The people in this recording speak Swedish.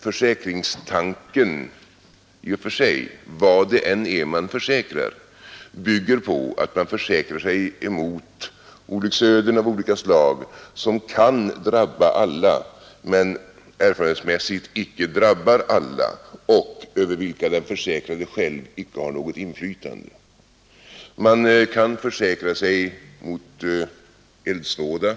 Försäkrings tanken bygger ju på — vad det än är man försäkrar — att man försäkrar = Nr 117 sig mot olycksöden av olika slag, som kan drabba alla men erfarenhets Onsdagen den mässigt icke drabbar alla och över vilka den försäkrade själv inte har 15 november 1972 något inflytande. Man kan försäkra sig mot eldsvåda.